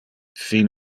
fin